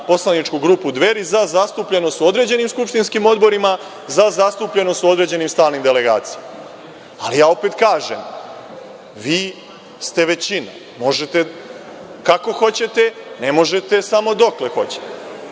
poslaničku grupu Dveri, za zastupljenost u određenim skupštinskim odborima, za zastupljenost u određenim stalnim delegacijama. Opet kažem, vi ste većina, možete kako hoćete, ne možete samo dokle hoćete.